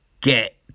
get